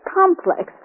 complex